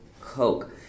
Coke